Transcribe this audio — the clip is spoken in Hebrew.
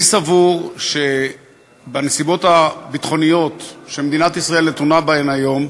אני סבור שבנסיבות הביטחוניות שמדינת ישראל נתונה בהן היום,